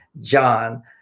John